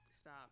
Stop